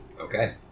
Okay